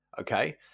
okay